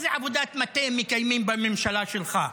איזה עבודת מטה מקיימים בממשלה שלך?